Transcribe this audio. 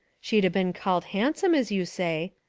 she'd a-been called handsome, as you say,